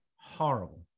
horrible